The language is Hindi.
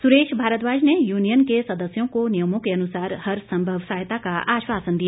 सुरेश भारद्वाज ने यूनियन के सदस्यों को नियमों के अनुसार हर संभव सहायता का आश्वासन दिया